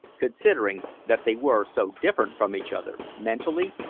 considering that they were so different from each other, mentally,